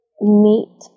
meet